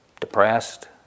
depressed